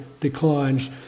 declines